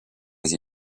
les